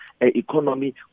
economy